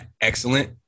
excellent